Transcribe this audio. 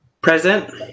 Present